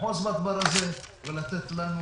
לאחוז בדבר הזה ולתת לנו